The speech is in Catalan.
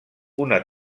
una